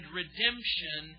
redemption